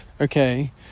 okay